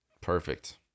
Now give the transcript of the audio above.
perfect